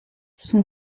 son